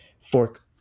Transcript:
fork